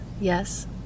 yes